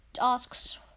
asks